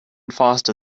faster